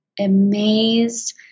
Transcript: amazed